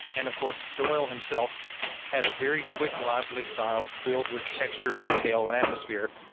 and of course, doyle himself had a very quick lively style filled with texture and detail and atmosphere,